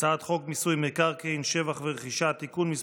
הצעת חוק מיסוי מקרקעין (שבח ורכישה) (תיקון מס'